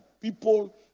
people